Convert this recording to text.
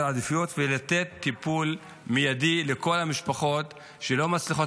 עדיפות ולתת טיפול מיידי לכל המשפחות שלא מצליחות